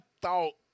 thought